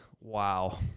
Wow